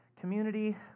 community